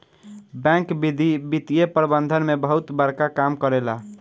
bank वित्तीय प्रबंधन में बहुते बड़का काम करेला